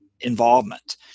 involvement